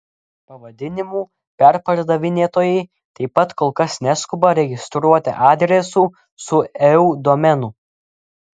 pavadinimų perpardavinėtojai taip pat kol kas neskuba registruoti adresų su eu domenu